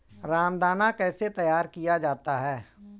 रामदाना कैसे तैयार किया जाता है?